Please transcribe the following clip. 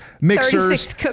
mixers